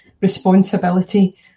responsibility